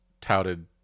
touted